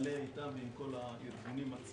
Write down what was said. מלא אתנו, וגם עם כל הארגונים עצמם.